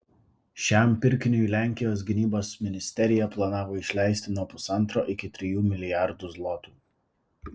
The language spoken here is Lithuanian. šiam pirkiniui lenkijos gynybos ministerija planavo išleisti nuo pusantro iki trijų milijardų zlotų